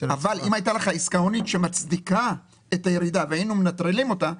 אבל אם הייתה לך עסקה הונית שמצדיקה את הירידה והיינו מנטרלים אותה,